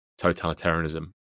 totalitarianism